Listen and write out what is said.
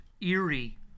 eerie